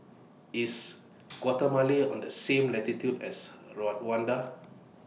IS Guatemala on The same latitude as Rwanda